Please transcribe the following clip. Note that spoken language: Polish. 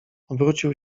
obrócił